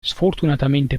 sfortunatamente